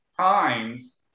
times